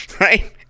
right